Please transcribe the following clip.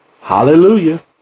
Hallelujah